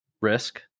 Risk